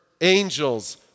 angels